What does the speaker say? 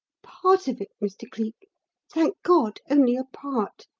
part of it, mr. cleek thank god, only a part!